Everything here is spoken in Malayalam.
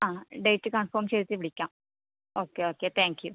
ആ ഡേറ്റ് കൺഫേം ചെയ്തിട്ട് വിളിക്കാം ഓക്കെ ഓക്കെ താങ്ക് യു